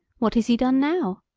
what has he done now?